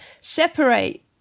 separate